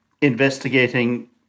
investigating